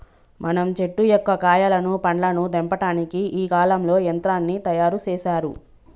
మనం చెట్టు యొక్క కాయలను పండ్లను తెంపటానికి ఈ కాలంలో యంత్రాన్ని తయారు సేసారు